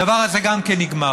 הדבר הזה גם כן נגמר.